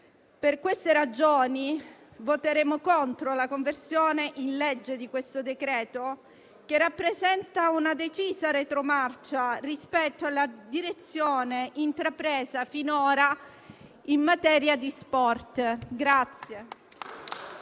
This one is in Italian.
Per queste ragioni, voteremo contro la conversione in legge del provvedimento, che rappresenta una decisa retromarcia rispetto alla direzione intrapresa finora in materia di sport.